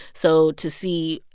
so to see,